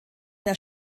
der